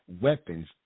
weapons